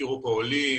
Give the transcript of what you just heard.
הזכירו כאן עולים,